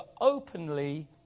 openly